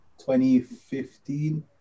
2015